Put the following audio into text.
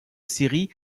siri